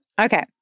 Okay